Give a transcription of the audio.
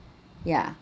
ya